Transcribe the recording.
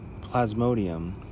Plasmodium